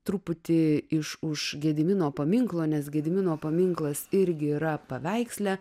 truputį iš už gedimino paminklo nes gedimino paminklas irgi yra paveiksle